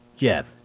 Jeff